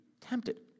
tempted